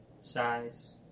size